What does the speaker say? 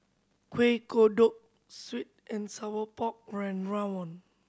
Kuih Kodok sweet and sour pork rawon